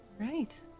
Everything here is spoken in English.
right